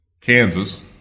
Kansas